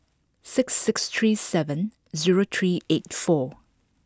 six six three seven zero three eight four